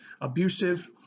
abusive